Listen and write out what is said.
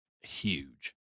huge